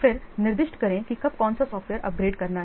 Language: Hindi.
फिर निर्दिष्ट करें कि कब कौन सा सॉफ़्टवेयर अपग्रेड करना है